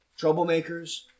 troublemakers